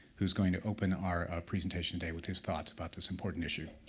who's going to open our presentation today with his thoughts about this important issue.